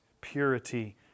purity